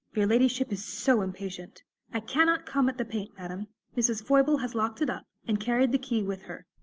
your ladyship is so impatient i cannot come at the paint, madam mrs. foible has locked it up, and carried the key with her.